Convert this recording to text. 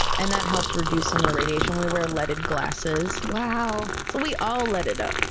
and that helps reduce some of the radiation. we were leaded glasses. wow. so we all leaded up.